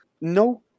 no